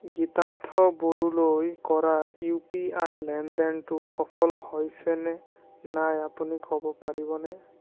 গীতাৰ্থ বড়োলৈ কৰা U P I লেনদেনটো সফল হৈছেনে নাই আপুনি ক'ব পাৰিবনে